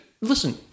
listen